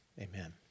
Amen